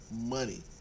money